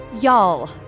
Y'all